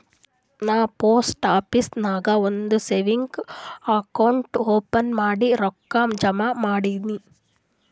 ನಾ post office ನಾಗ್ ಒಂದ್ ಸೇವಿಂಗ್ಸ್ ಅಕೌಂಟ್ ಓಪನ್ ಮಾಡಿ ರೊಕ್ಕಾ ಜಮಾ ಮಾಡಿನಿ